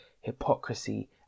hypocrisy